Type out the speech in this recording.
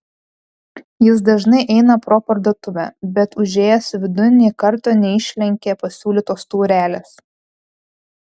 jis dažnai eina pro parduotuvę bet užėjęs vidun nė karto neišlenkė pasiūlytos taurelės